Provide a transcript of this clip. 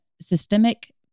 systemic